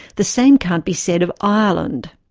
the same can't be said of ireland.